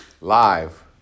live